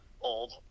old